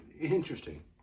interesting